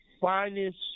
finest